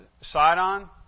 Sidon